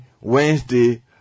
Wednesday